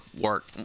work